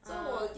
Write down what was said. ah